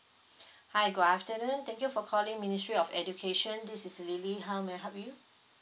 hi good afternoon thank you for calling ministry of education this is lily how may I help you